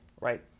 right